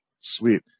Sweet